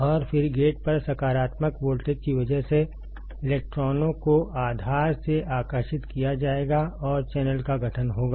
और फिर गेट पर सकारात्मक वोल्टेज की वजह से इलेक्ट्रॉनों को आधार से आकर्षित किया जाएगा और चैनल का गठन होगा